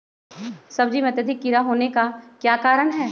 सब्जी में अत्यधिक कीड़ा होने का क्या कारण हैं?